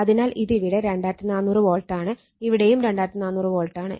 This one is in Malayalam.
അതിനാൽ ഇത് ഇവിടെ 2400 വോൾട്ടാണ് ഇവിടെയും 2400 വോൾട്ടാണ്